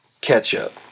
Ketchup